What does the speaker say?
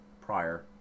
prior